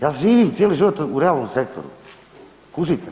Ja živim cijeli život u realnom sektoru, kužite?